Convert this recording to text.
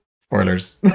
Spoilers